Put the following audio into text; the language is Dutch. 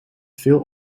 veel